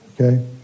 Okay